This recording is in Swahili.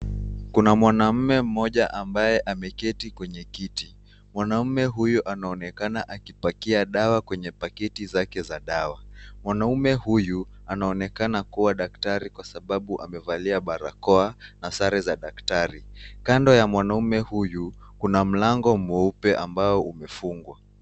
Kuna mwanaume mmoja ambaye ameketi kwenye kiti. Mwanaume huyu anaonekana akipakia dawa kwenye pakiti zake za dawa. Mwanaume huyu anaonekana kua daktari kwa sababu amevalia barakoa na sare za daktari. Kando ya mwanaume huyu kuna mlango mweupe ambao umefungwa.